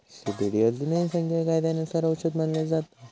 CBD अजूनही संघीय कायद्यानुसार औषध मानला जाता